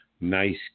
Nice